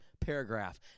paragraph